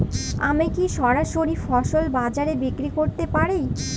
আমি কি সরাসরি ফসল বাজারে বিক্রি করতে পারি?